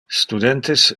studentes